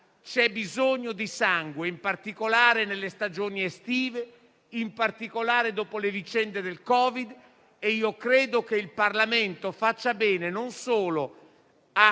C'è bisogno di sangue, in particolare nelle stagioni estive e dopo la vicenda del Covid, e credo che il Parlamento faccia bene non solo a